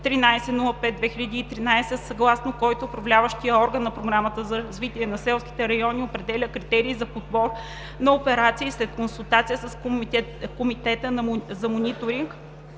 1305/2013, съгласно който Управляващият орган на Програмата за развитие на селските райони определя критерии за подбор на операции след консултация с Комитета за мониторинг.